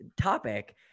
topic